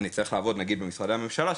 אני אצטרך לעבוד למשל במשרדי הממשלה,